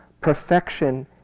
Perfection